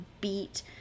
beat